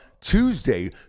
Tuesday